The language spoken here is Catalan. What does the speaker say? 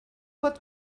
pot